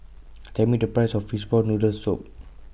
Tell Me The Price of Fishball Noodle Soup